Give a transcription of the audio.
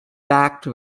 backed